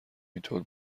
اینطور